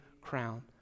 crown